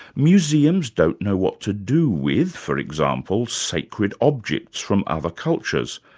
museums don't know what to do with, for example, sacred objects from other cultures.